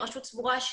הרשות סבורה,